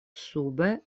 sube